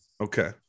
Okay